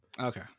Okay